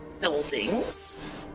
buildings